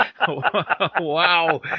Wow